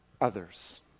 others